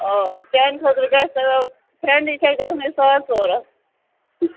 آ چانہٕ خٲطرٕ گژھیو فرٛنٛڈٕے چھَکھ ژےٚ گژھنَے ساڑ ژور